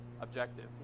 objective